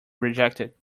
rejected